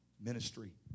ministry